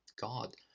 God